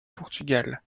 portugal